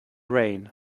rain